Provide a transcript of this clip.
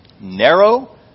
narrow